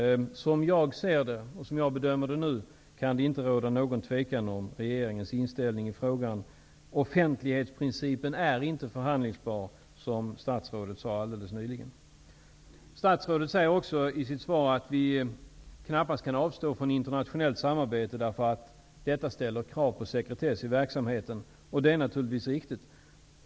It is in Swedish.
Som jag bedömer saken nu kan det inte råda något tvivel om regeringens inställning i frågan. Offentlighetsprincipen är inte förhandlingsbar, som statsrådet alldeles nyss sade. Statsrådet säger också i sitt svar att vi knappast kan avstå från internationellt samarbete därför att detta ställer krav på sekretess i verksamheten. Det är naturligtvis riktigt.